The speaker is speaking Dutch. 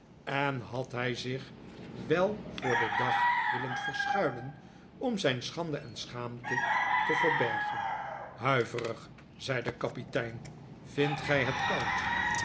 en had hij zich wel voor den dag willen verschuilen om zijn schande en schaamte te verbergen huiverig zei de kapitein vindt gij het koud